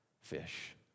fish